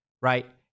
right